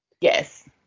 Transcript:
Yes